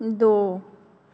दो